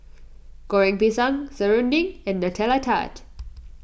Goreng Pisang Serunding and Nutella Tart